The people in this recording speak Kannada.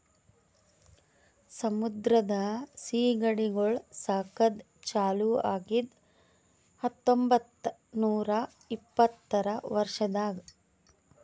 ಸಮುದ್ರದ ಸೀಗಡಿಗೊಳ್ ಸಾಕದ್ ಚಾಲೂ ಆಗಿದ್ದು ಹತೊಂಬತ್ತ ನೂರಾ ಇಪ್ಪತ್ತರ ವರ್ಷದಾಗ್